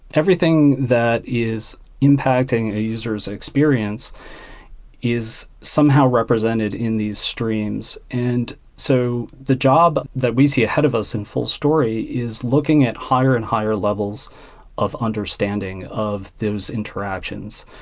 everything that is impacting a user's experience is somehow represented in these streams. and so the job that we see ahead of us in fullstory is looking at higher and higher levels of understanding of those interactions.